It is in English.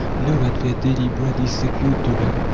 know that their daily bread is secured to them,